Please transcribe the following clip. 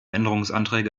änderungsanträge